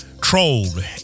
trolled